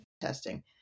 testing